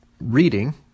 reading—